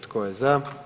Tko je za?